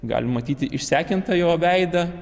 galim matyti išsekintą jo veidą